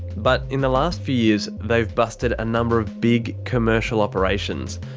but in the last few years they've busted a number of big commercial operations.